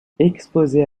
exposé